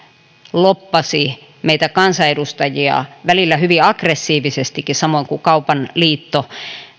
lobbasi meitä kansanedustajia välillä hyvin aggressiivisestikin samoin kuin kaupan liitto